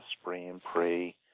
spray-and-pray